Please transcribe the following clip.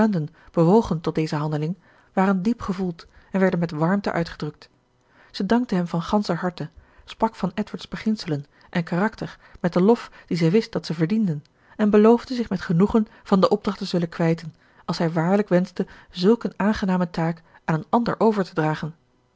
bewogen tot deze handeling waren diepgevoeld en werden met warmte uitgedrukt zij dankte hem van ganscher harte sprak van edward's beginselen en karakter met den lof dien zij wist dat ze verdienden en beloofde zich met genoegen van de opdracht te zullen kwijten als hij waarlijk wenschte zulk een aangename taak aan een ander over te dragen